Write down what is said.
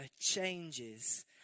changes